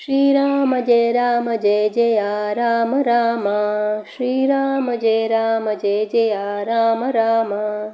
श्रीराम जय राम जय जयया राम राम श्रीराम जय राम जय जयया राम राम